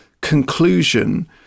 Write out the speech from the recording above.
conclusion